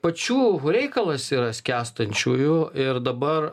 pačių reikalas yra skęstančiųjų ir dabar